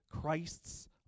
Christ's